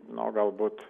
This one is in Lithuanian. nu galbūt